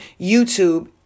YouTube